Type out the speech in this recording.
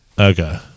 Okay